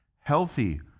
healthy